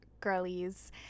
Girlies